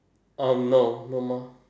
orh no no more